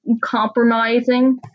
compromising